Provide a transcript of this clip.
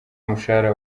umushahara